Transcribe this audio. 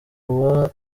uwo